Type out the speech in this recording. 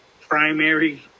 primary